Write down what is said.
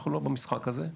אנחנו לא במשחק הזה.